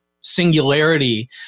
singularity